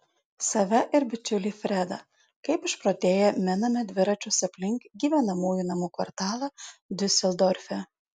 save ir bičiulį fredą kaip išprotėję miname dviračius aplink gyvenamųjų namų kvartalą diuseldorfe